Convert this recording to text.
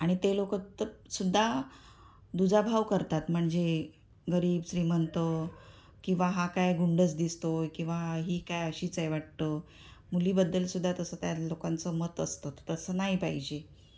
आणि ते लोक तर सुद्धा दुजाभाव करतात म्हणजे गरीब श्रीमंत किंवा हा काय गुंडच दिसतो आहे किंवा ही काय अशीच आहे वाटतं मुलीबद्दल सुद्धा तसं त्या लोकांचं मत असतं तर तसं नाही पाहिजे